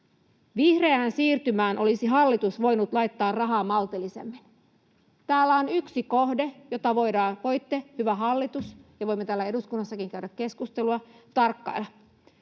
”Vihreään siirtymään olisi hallitus voinut laittaa rahaa maltillisemmin.” Täällä on yksi kohde, jota voitte, hyvä hallitus, tarkkailla — ja josta voimme täällä eduskunnassakin käydä keskustelua.